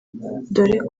dore